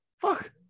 Fuck